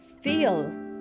feel